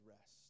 rest